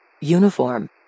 Uniform